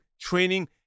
training